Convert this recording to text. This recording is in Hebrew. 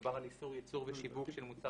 מדובר על איסור ייצור ושיווק של מוצר